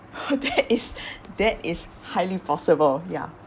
that is that is highly possible ya